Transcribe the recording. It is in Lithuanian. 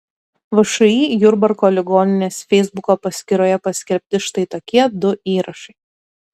všį jurbarko ligoninės feisbuko paskyroje paskelbti štai tokie du įrašai